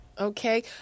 Okay